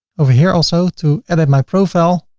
over here also to edit my profile.